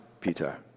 Peter